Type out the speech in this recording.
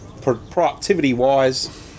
productivity-wise